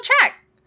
check